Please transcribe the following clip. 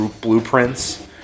blueprints